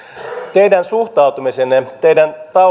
teidän suhtautumisenne teidän